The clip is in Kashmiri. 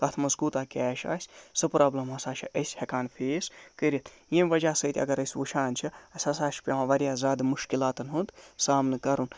کَتھ منٛز کوٗتاہ کٮ۪ش آسہِ سُہ پرابلِم ہسا چھِ أسۍ ہٮ۪کان فٮ۪س کٔرِتھ ییٚمہِ وَجہہ سۭتۍ اَگر أسۍ وُچھان چھِ اَسہِ ہسا چھُ پٮ۪وان واریاہ زیادٕ مُشکِلاتَن ہُند سَمانہٕ کَرُن